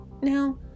Now